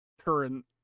current